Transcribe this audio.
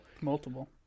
Multiple